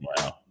wow